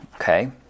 okay